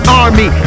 army